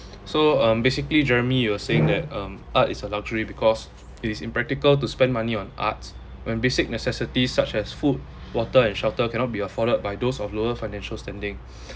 so um basically jeremy you were saying that um art is a luxury because it is impractical to spend money on arts when basic necessities such as food water and shelter cannot be afforded by those of lower financial standing